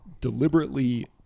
deliberately